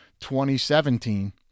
2017